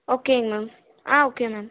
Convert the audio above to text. ஓகேங்க ma'am okay ma'am